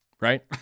right